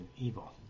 Evil